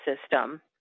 system